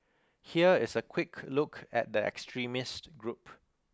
here is a quick look at the extremist group